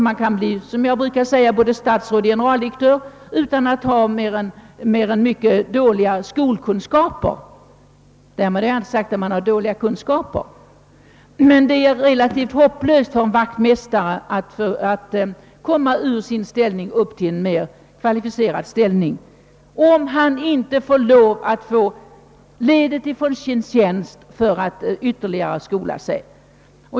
Man kan, som jag brukar säga, bli både statsråd och generaldirektör utan mer än mycket dåliga skolkunskaper — därmed inte sagt att man har dåliga kunskaper — men det är relativt hopplöst för en vaktmästare att arbeta sig upp från sin ställning till en mera kvalificerad post, om han inte får ledighet från sin tjänst för att ytterligare skola sig.